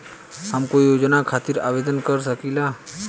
हम कोई योजना खातिर आवेदन कर सकीला?